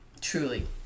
Truly